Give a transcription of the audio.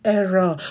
error